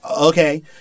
okay